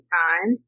time